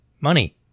money